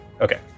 Okay